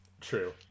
True